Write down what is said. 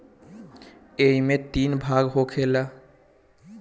ऐइमे तीन भाग होखेला